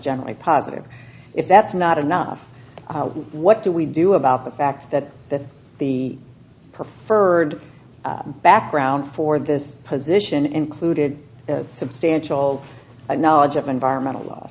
generally positive if that's not enough what do we do about the fact that that the preferred background for this position included substantial knowledge of environmental law